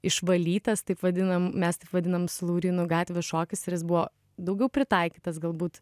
išvalytas taip vadinam mes taip vadinam su laurynu gatvės šokis ir jis buvo daugiau pritaikytas galbūt